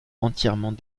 entièrement